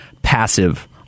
Passive